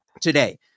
Today